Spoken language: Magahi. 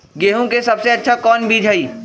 गेंहू के सबसे अच्छा कौन बीज होई?